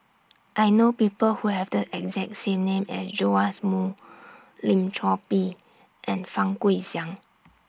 I know People Who Have The exact name as Joash Moo Lim Chor Pee and Fang Guixiang